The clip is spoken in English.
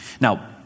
Now